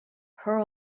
her